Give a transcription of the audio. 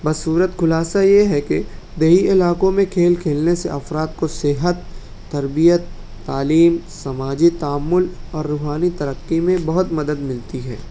بصورت خلاصہ یہ ہے کہ دیہی علاقوں میں کھیل کھیلنے سے افراد کو صحت تربیت تعلیم سماجی تعامل اور روحانی ترقی میں بہت مدد ملتی ہے